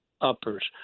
uppers